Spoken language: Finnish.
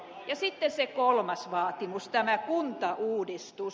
ja sitten se kolmas vaatimus tämä kuntauudistus